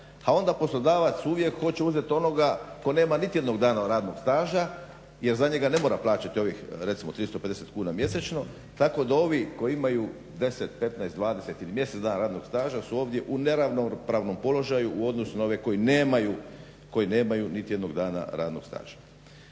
pa onda poslodavac uvijek hoće uzeti onoga tko nema niti jednog dana radnog staža jer za njega ne mora plaćati ovih recimo 350 kuna mjesečno tako da ovi koji imaju 10, 15, 20 ili mjesec dana radnog staža su ovdje u neravnopravnom položaju u odnosu na one koji nemaju niti jednog dana radnog staža.